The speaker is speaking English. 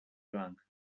drunk